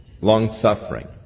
long-suffering